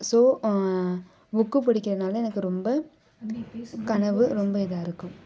so book படிக்கிறதுனால எனக்கு ரொம்ப கனவு ரொம்ப இதாக இருக்கும்